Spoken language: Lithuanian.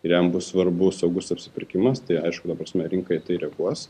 ir jam bus svarbus saugus apsipirkimas tai aišku ta prasme rinka į tai reaguos